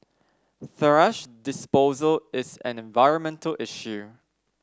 thrash disposal is an environmental issue